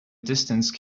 distance